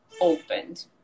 opened